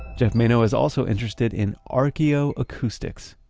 geoff manaugh is also interested in archeo-acoustics.